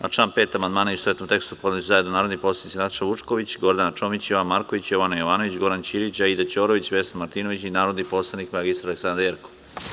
Na član 5. amandmane, u istovetnom tekstu, podneli su zajedno narodni poslanici Nataša Vučković, Gorana Čomić, Jovan Marković, Jovana Jovanović, Goran Ćirić, Aida Ćorović, Vesna Martinović i narodni poslanik mr Aleksandra Jerkov.